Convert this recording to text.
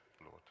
Lord